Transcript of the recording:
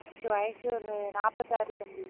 எனக்கு வயசு ஒரு நாற்பத்தாறு தம்பி